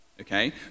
okay